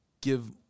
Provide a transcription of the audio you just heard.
give